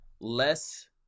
less